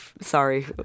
sorry